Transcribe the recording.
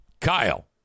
Kyle